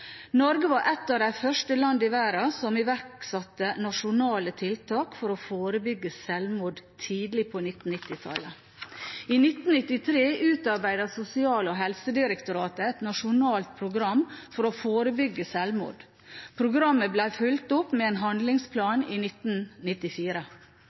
Norge var et av de første land i verden som iverksatte nasjonale tiltak for å forebygge sjølmord, tidlig på 1990-tallet. I 1993 utarbeidet Sosial- og helsedirektoratet et nasjonalt program for å forebygge sjølmord. Programmet ble fulgt opp med en